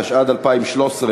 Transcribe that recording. התשע"ד 2013,